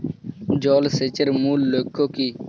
জল সেচের মূল লক্ষ্য কী?